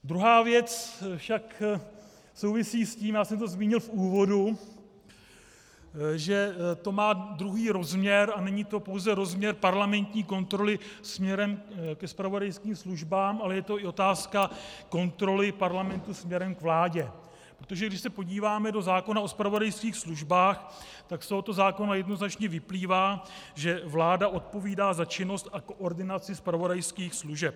Druhá věc však souvisí s tím, já jsem to zmínil v úvodu, že to má druhý rozměr, a není to pouze rozměr parlamentní kontroly směrem ke zpravodajským službám, ale je to i otázka kontroly parlamentu směrem k vládě, protože když se podíváme do zákona o zpravodajských službách, tak z tohoto zákona jednoznačně vyplývá, že vláda odpovídá za činnost a koordinaci zpravodajských služeb.